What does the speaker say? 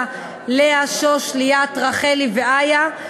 ללא מתנגדים וללא נמנעים.